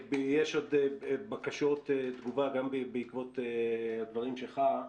יש עוד בקשות תגובה, גם בעקבות הדברים שלך.